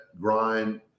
grind